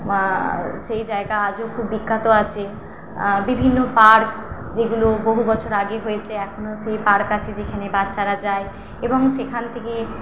সেই জায়গা আজও খুব বিখ্যাত আছে বিভিন্ন পার্ক যেগুলো বহু বছর আগে হয়েছে এখনও সেই পার্ক আছে যেখানে বাচ্চারা যায় এবং সেখান থেকে